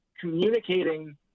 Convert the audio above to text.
communicating